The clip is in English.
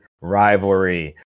rivalry